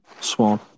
Swan